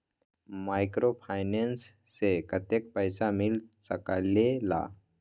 Microfinance से कतेक पैसा मिल सकले ला?